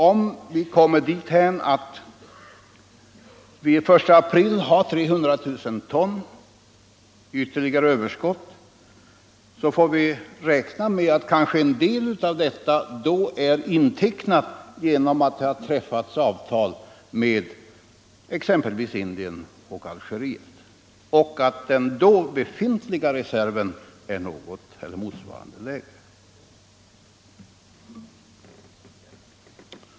Om situationen är den att vi den 1 april har 300 000 ton vete i ytterligare överskott får vi räkna med att kanske en del av detta då är intecknat genom att det har träffats avtal med exempelvis Indien och Algeriet och att den då befintliga reserven är till motsvarande del lägre.